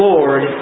Lord